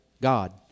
God